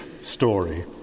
story